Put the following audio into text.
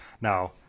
Now